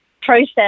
process